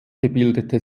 gebildete